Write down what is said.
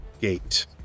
gate